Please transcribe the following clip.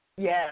Yes